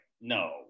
no